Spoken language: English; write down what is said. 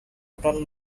total